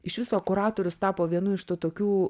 iš viso kuratorius tapo vienu iš tų tokių